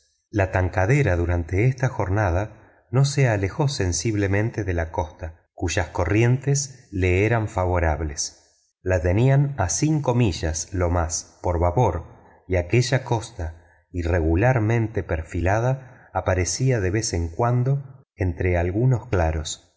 la tankadera durante esta jornada no se alejó sensiblemente de la costa cuyas corrientes le eran favorables la tenían a cinco millas lo más por babor y aquella costa irregularmente perfilada aparecía de vez en cuando entre algunos claros